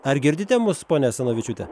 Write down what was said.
ar girdite mus ponia asanavičiūte